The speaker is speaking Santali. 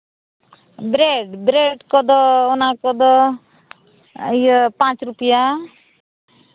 ᱵᱨᱮᱹᱰ ᱵᱨᱮᱹᱰ ᱠᱚᱫᱚ ᱚᱱᱟ ᱠᱚᱫᱚ ᱤᱭᱟᱹ ᱯᱟᱸᱪ ᱨᱩᱯᱤᱭᱟ